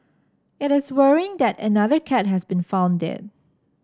it is worrying that another cat has been found dead